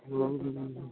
હમ